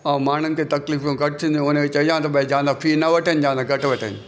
ऐं माण्हूनि खे तकलीफ़ूं घटि थींदियूं उनजे चइजां की जा न फी न वठेनि जा न घटि वठेनि